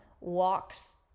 walks